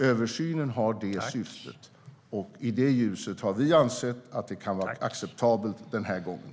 Översynen har det syftet, och i det ljuset har vi ansett att det kan vara acceptabelt den här gången.